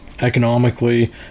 economically